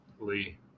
Lee